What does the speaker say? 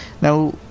Now